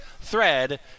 thread